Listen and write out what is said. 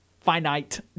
finite